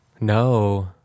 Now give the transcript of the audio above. No